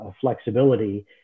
flexibility